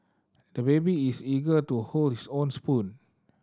the baby is eager to hold his own spoon